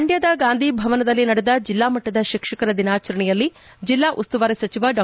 ಮಂಡ್ಲದ ಗಾಂಧಿ ಭವನದಲ್ಲಿ ನಡೆದ ಜಿಲ್ಲಾ ಮಟ್ಲದ ಶಿಕ್ಷಕರ ದಿನಾಚರಣೆಯಲ್ಲಿ ಜಿಲ್ಲಾ ಉಸ್ತುವಾರಿ ಸಚವ ಡಾ